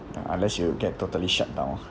uh unless you get totally shut down ah